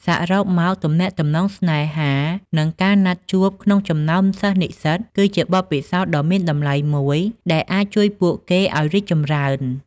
សរុបមក ទំនាក់ទំនងស្នេហា និងការណាត់ជួបក្នុងចំណោមសិស្សនិស្សិតគឺជាបទពិសោធន៍ដ៏មានតម្លៃមួយដែលអាចជួយពួកគេឱ្យរីកចម្រើន។